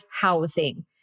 housing